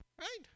Right